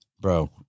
Bro